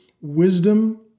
wisdom